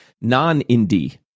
non-indie